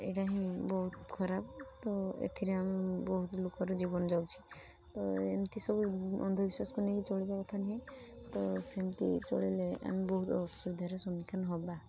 ଏଇଟା ହିଁ ବହୁତ ଖରାପ ତ ଏଥିରେ ଆମ ବହୁତ ଲୋକର ଜୀବନ ଯାଉଛି ତ ଏମତି ସବୁ ଅନ୍ଧବିଶ୍ୱାସକୁ ନେଇକି ଚଳିବା କଥା ନୁହେଁ ତ ସେମତି ଚଳିଲେ ଆମେ ବହୁତ ଅସୁବିଧାର ସମ୍ମୁଖୀନ ହବା